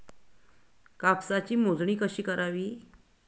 कापसाची मोजणी कशी करावी?